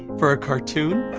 for a cartoon?